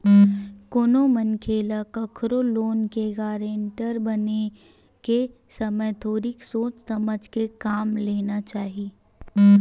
कोनो मनखे ल कखरो लोन के गारेंटर बने के समे थोरिक सोच समझ के काम लेना चाही